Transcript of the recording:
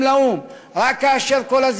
רק כאשר הפלסטינים מגיעים לאו"ם,